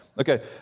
Okay